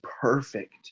perfect